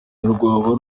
ntirwaba